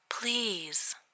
Please